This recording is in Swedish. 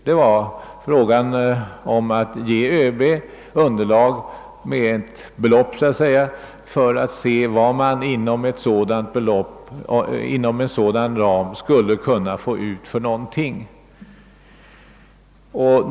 Det var fråga om att ge ÖB underlag för att se vad man inom en sådan ram skulle kunna få ut.